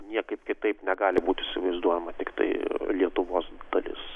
niekaip kitaip negali būti įsivaizduojama tiktai lietuvos dalis